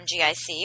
MGIC